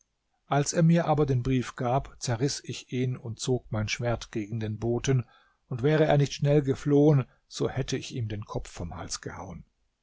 als er mir aber den brief gab zerriß ich ihn und zog mein schwert gegen den boten und wäre er nicht schnell geflohen so hätte ich ihm den kopf vom hals gehauen